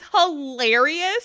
hilarious